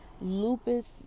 lupus